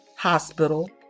hospital